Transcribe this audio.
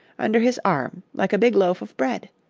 under his arm like a big loaf of bread.